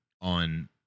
on